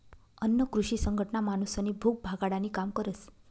अन्न कृषी संघटना माणूसनी भूक भागाडानी काम करस